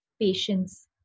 patience